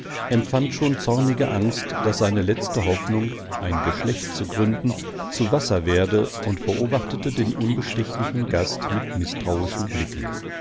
empfand schon zornige angst daß seine letzte hoffnung ein geschlecht zu gründen zu wasser werde und beobachtete den unbestechlichen gast mit mißtrauischen blicken